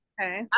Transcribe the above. okay